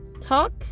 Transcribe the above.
talk